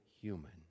human